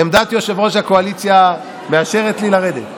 עמדת יושב-ראש הקואליציה מאשרת לי לרדת.